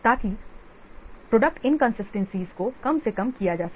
ताकि product inconsistencies को कम से कम किया जा सके